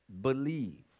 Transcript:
believe